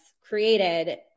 created